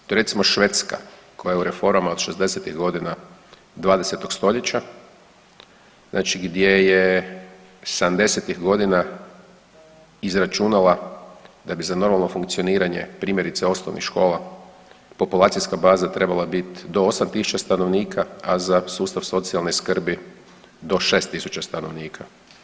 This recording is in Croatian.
To je recimo Švedska koja je u reformama od '60.-tih godina 20. stoljeća, znači gdje je '70.-tih godina izračunala da bi za normalno funkcioniranje primjerice osnovnih škola populacijska baza trebala bit do 8 tisuća stanovnika, a za sustav socijalne skrbi do 6 tisuća stanovnika.